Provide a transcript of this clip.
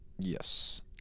Yes